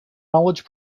knowledge